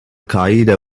qaeda